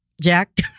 Jack